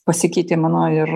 pasikeitė mano ir